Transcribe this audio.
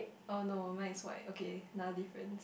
oh no mine is white okay another different